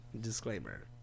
Disclaimer